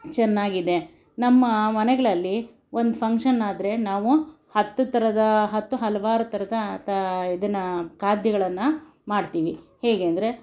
ಚೆನ್ನಾಗಿದೆ ನಮ್ಮ ಮನೆಗಳಲ್ಲಿ ಒಂದು ಫಂಕ್ಷನ್ ಆದರೆ ನಾವು ಹತ್ತು ಥರದ ಹತ್ತು ಹಲವಾರು ಥರದ ತ ಇದನ್ನು ಖಾದ್ಯಗಳನ್ನು ಮಾಡ್ತೀವಿ ಹೇಗೆಂದರೆ